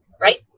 Right